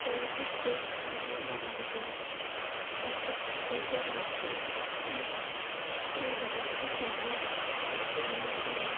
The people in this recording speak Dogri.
कोई बी कोई शैल जेहा गाना लगायो जेह्दे उप्पर खु'ल्लियै डांस करी सकचै अस ते जेह्ड़ी ब्याह् आह्ली कुड़ी असें उसी बी नचाना